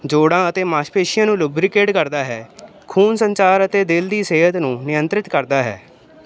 ਜੋੜਾਂ ਅਤੇ ਮਾਸਪੇਸ਼ੀਆਂ ਨੂੰ ਲੁਬਰੀਕੇਡ ਕਰਦਾ ਹੈ ਖੂਨ ਸੰਚਾਰ ਅਤੇ ਦਿਲ ਦੀ ਸਿਹਤ ਨੂੰ ਨਿਯੰਤਰਿਤ ਕਰਦਾ ਹੈ